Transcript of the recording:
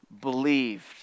believed